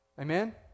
Amen